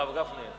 הרב גפני.